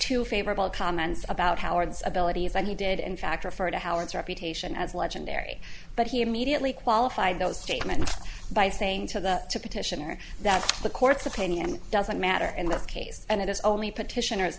two favorable comments about howard's abilities and he did in fact refer to howard's reputation as legendary but he immediately qualified those statements by saying to the petitioner that the court's opinion doesn't matter in this case and it is only petitioners